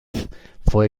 fue